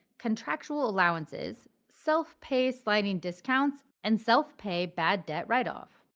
contractual allowances, self-pay sliding discounts, and self-pay bad debt write-off.